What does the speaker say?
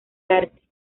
arte